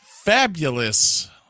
Fabulous